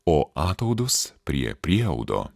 o ataudus prie prieaudo